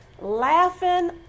laughing